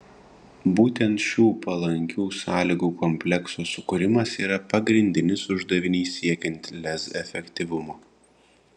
būtent šių palankių sąlygų komplekso sukūrimas yra pagrindinis uždavinys siekiant lez efektyvumo